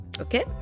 okay